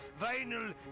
vinyl